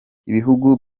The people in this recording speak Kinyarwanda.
ibihugu